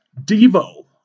Devo